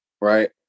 right